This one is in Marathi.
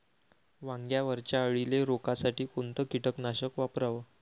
वांग्यावरच्या अळीले रोकासाठी कोनतं कीटकनाशक वापराव?